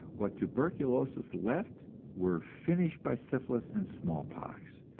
what tuberculosis left were finished by syphilis and smallpox,